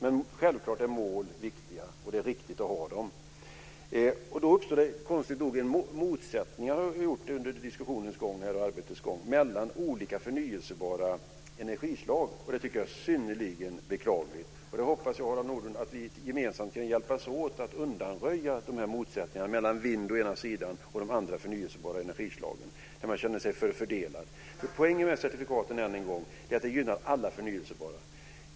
Men självklart är mål viktiga, och det är riktigt att ha dem. Det uppstår konstigt nog en motsättning - det har det gjort under arbetets gång och under diskussionen - mellan olika förnybara energislag, och det tycker jag är synnerligen beklagligt. Jag hoppas, Harald Nordlund, att vi gemensamt kan hjälpas åt att undanröja dessa motsättningar mellan vindkraft och de andra förnybara energislagen. Man känner sig förfördelad. Poängen med certifikaten är än en gång att de gynnar alla förnybara energislag.